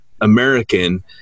American